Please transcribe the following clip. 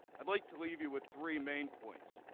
and like to leave you with three main points.